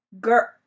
Girl